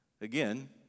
again